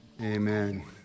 Amen